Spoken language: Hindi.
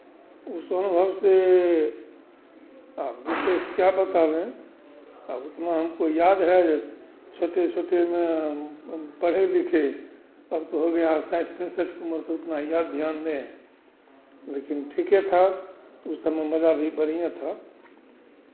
उस अनुभव से आ विशेष क्या बतावें आब उतना हमको याद है जे छोटे छोटे में पढ़े लिखे अब तो हो गया साठ पैंसठ का उम्र तो उतना याद ध्यान नहीं है लेकिन ठीके था वो सबमें मज़ा भी बढ़ियें था